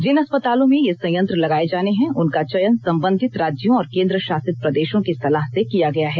जिन अस्पतालों में ये संयंत्र लगाए जाने हैं उनका चयन संबंधित राज्यों और केन्द्र शासित प्रदेशों की सलाह से किया गया है